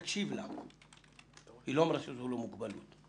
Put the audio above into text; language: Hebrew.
תקשיב לה, היא לא אמרה שזה לא מוגבלות.